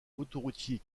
autoroutier